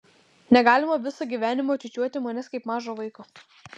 negalima visą gyvenimą čiūčiuoti manęs kaip mažo vaiko